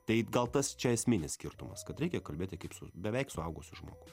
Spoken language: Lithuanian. tai gal tas čia esminis skirtumas kad reikia kalbėti kaip su beveik suaugusiu žmogum